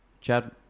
Chad